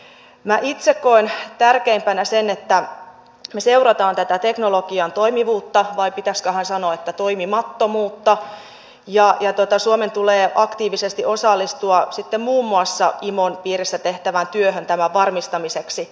minä itse koen tärkeimpänä sen että me seuraamme tätä teknologian toimivuutta vai pitäisiköhän sanoa että toimimattomuutta ja suomen tulee aktiivisesti osallistua sitten muun muassa imon piirissä tehtävään työhön tämän varmistamiseksi